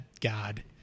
god